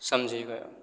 સમજી ગયો